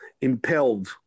impelled